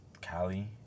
Cali